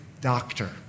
doctor